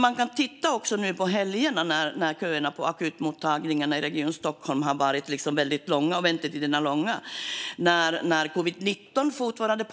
Man kan titta på hur det ser ut på helgerna när köerna och väntetiderna på akutmottagningarna i Region Stockholm har varit väldigt långa. Covid-19 pågår fortfarande